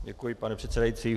Děkuji, pane předsedající.